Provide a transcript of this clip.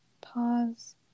pause